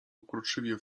uporczywie